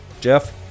Jeff